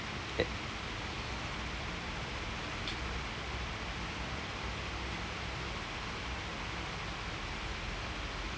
it